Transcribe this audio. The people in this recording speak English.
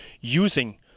using